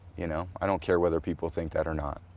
you know, i don't care whether people think that or not.